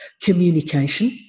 communication